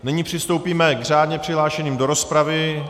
Nyní přistoupíme k řádně přihlášeným do rozpravy.